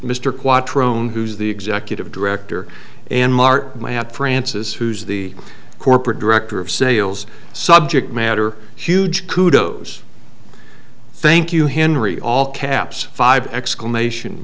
quattrone who's the executive director and mark my hat francis who's the corporate director of sales subject matter huge kudo's thank you henry all caps five exclamation